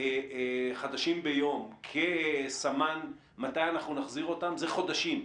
חדשים ביום כסמן מתי אנחנו נחזיר אותם, זה חודשים.